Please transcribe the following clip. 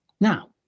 now